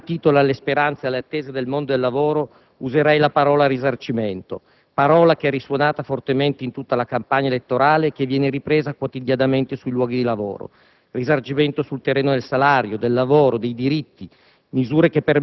Se dovessi dare un titolo alle speranze e alle attese del mondo del lavoro, userei la parola risarcimento, parola che è risuonata fortemente in tutta la campagna elettorale e che viene ripresa quotidianamente sui luoghi di lavoro. Risarcimento sul terreno del salario, del lavoro, dei diritti;